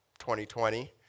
2020